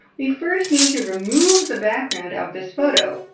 we first need to remove the background of this photo.